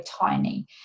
tiny